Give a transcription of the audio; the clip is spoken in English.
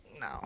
No